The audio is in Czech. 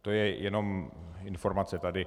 To je jen informace tady.